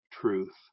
truth